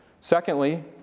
Secondly